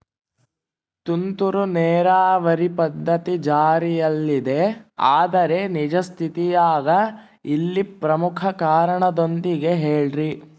ತುಂತುರು ನೇರಾವರಿ ಪದ್ಧತಿ ಜಾರಿಯಲ್ಲಿದೆ ಆದರೆ ನಿಜ ಸ್ಥಿತಿಯಾಗ ಇಲ್ಲ ಪ್ರಮುಖ ಕಾರಣದೊಂದಿಗೆ ಹೇಳ್ರಿ?